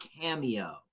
cameo